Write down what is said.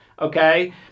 Okay